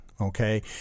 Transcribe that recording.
okay